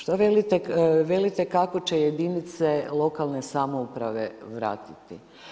Šta velite, kako će jedinice lokalne samouprave vratiti?